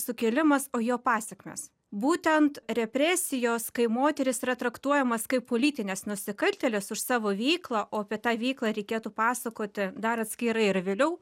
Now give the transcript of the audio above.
sukilimas o jo pasekmės būtent represijos kai moterys yra traktuojamos kaip politinės nusikaltėlės už savo veiklą o apie tą veiklą reikėtų pasakoti dar atskirai ir vėliau